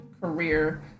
career